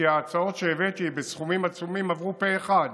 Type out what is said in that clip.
כי ההצעות שהבאתי בסכומים עצומים עברו פה אחד